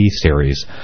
series